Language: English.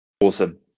Awesome